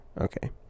Okay